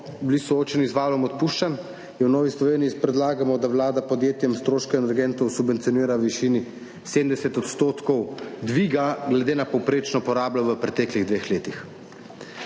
soočeni z valom odpuščanj, in v Novi Sloveniji predlagamo, da Vlada podjetjem stroške energentov subvencionira v višini 70 % dviga glede na povprečno porabo v preteklih dveh letih.